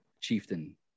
chieftain